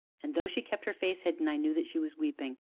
and, though she kept her face hidden, i knew that she was weeping.